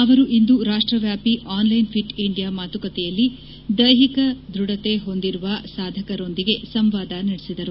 ಅವರು ಇಂದು ರಾಷ್ಟವ್ಯಾಪಿ ಆನ್ ಲೈನ್ ಫಿಟ್ ಇಂಡಿಯಾ ಮಾತುಕತೆಯಲ್ಲಿ ದೈಹಿಕ ದ್ಬಢತೆ ಹೊಂದಿರುವ ಸಾಧಕರೊಂದಿಗೆ ಸಂವಾದ ನಡೆಸಿದರು